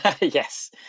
Yes